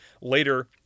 later